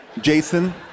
Jason